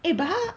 eh but 他